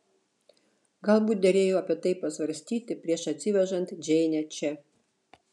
galbūt derėjo apie tai pasvarstyti prieš atsivežant džeinę čia